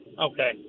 Okay